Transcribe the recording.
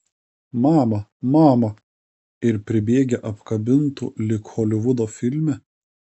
mama mama ir pribėgę apkabintų lyg holivudo filme